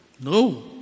No